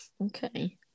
Okay